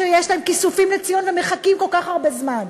שיש להם כיסופים לציון ומחכים כל כך הרבה זמן.